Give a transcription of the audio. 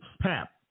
Pap